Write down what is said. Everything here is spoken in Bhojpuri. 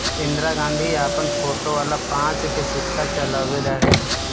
इंदिरा गांधी अपन फोटो वाला पांच के सिक्का चलवले रहली